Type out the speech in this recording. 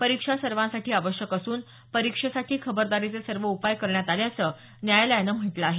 परीक्षा सर्वांसाठी आवश्यक असून परीक्षेसाठी खबरदारीचे सर्व उपाय करण्यात आल्याचं न्यायालयानं म्हटलं आहे